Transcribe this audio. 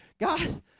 God